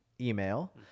email